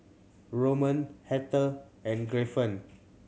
Roman Heather and Griffin